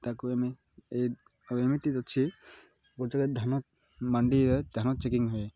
ତାକୁ ଆମେ ଏ ଆଉ ଏମିତି ଅଛି ଗୋଟେ ଜାଗାରେ ଧାନ ମଣ୍ଡିରେ ଧାନ ଚେକିଙ୍ଗ ହୁଏ